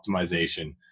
optimization